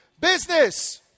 business